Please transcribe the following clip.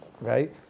right